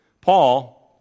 Paul